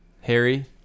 Harry